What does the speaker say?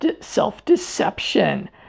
self-deception